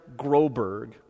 Groberg